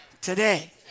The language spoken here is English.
Today